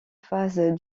phase